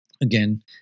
again